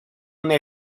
una